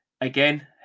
Again